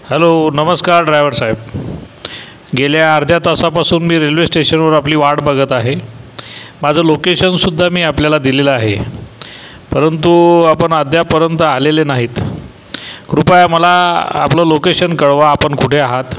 hello नमस्कार ड्रायव्हरसाहेब गेल्या अर्ध्या तासापासून मी रेल्वे स्टेशनवर आपली वाट बघत आहे माझं लोकेशनसुद्धा मी आपल्याला दिलेलं आहे परंतु आपण अद्याप पर्यंत आलेले नाहीत कृपया मला आपलं लोकेशन कळवा आपण कुठे आहात